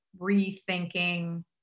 rethinking